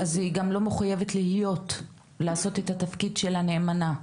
אז היא גם לא מחויבת להיות או לעשות את התפקיד שלה נאמנה.